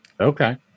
okay